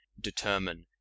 determine